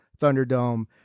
Thunderdome